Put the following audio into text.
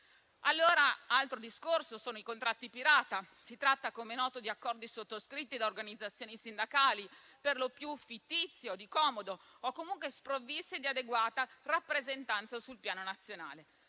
Altro discorso sono i contratti pirata: si tratta, come è noto, di accordi sottoscritti da organizzazioni sindacali per lo più fittizi, di comodo o comunque sprovvisti di adeguata rappresentanza sul piano nazionale.